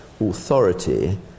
authority